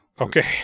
Okay